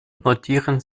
notieren